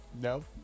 No